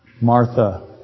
Martha